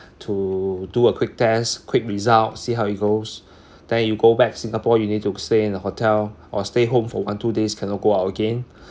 to do a quick test quick result see how it goes then you go back singapore you need to stay in a hotel or stay home for one two days cannot go out again